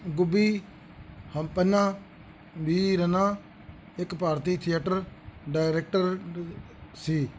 ਗੁੱਬੀ ਹੰਪੰਨਾ ਵੀਰੰਨਾ ਇੱਕ ਭਾਰਤੀ theatre director ਡ ਸੀ